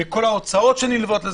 עם כל ההוצאות שנלוות.